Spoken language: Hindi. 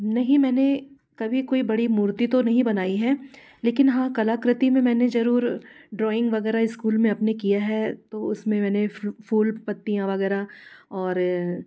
नहीं मैंने कभी कोई बड़ी मूर्ति तो नहीं बनाई है लेकिन हाँ कलाकृति में मैंने ज़रूर ड्रॉइंग वग़ैरह इस्कूल में अपने किया है तो उस में मैंने फूल पत्तियाँ वग़ैरह और